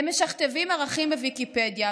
הם משכתבים ערכים בוויקיפדיה,